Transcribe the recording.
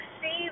see